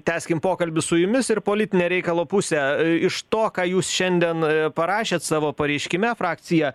tęskim pokalbį su jumis ir politinę reikalo pusę iš to ką jūs šiandien parašėt savo pareiškime frakcija